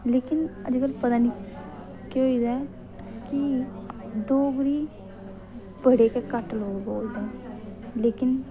लेकिन अजकल पता निं केह् होई गेदा ऐ कि डोगरी बड़े गै घट्ट लोग बोलदे न लेकिन